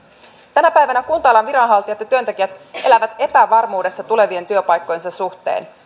tänä päivänä kunta alan viranhaltijat ja työntekijät elävät epävarmuudessa tulevien työpaikkojensa suhteen